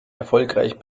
erfolgreich